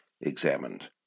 examined